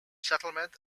settlement